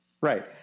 Right